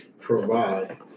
provide